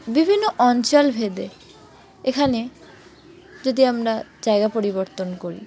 বিভিন্ন অঞ্চল ভেদে এখানে যদি আমরা জায়গা পরিবর্তন করি